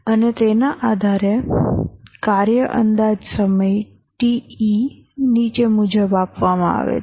અને તેના આધારે કાર્ય અંદાજ સમય te નીચે મુજબ આપવામાં આવે છે